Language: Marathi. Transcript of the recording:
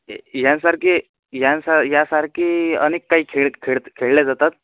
हे ह्यासारखे ह्यासारखे यासारके अनेक काही खेळ खेळत खेळले जातात